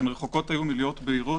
הן היו רחוקות מלהיות בהירות.